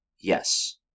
Yes